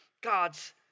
God's